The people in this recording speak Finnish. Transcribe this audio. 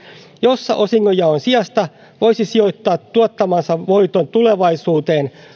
jossa osingonjaon sijasta voisi sijoittaa tuottamansa voiton tulevaisuuteen